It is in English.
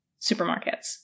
supermarkets